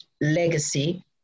legacy